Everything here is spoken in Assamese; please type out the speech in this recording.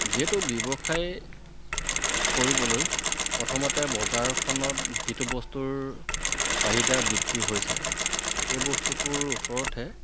যিহেতু ব্যৱসায় কৰিবলৈ প্ৰথমতে বজাৰখনত যিটো বস্তুৰ চাহিদা বৃদ্ধি হৈছে সেই বস্তুটোৰ ওপৰতহে